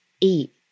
eat